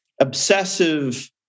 obsessive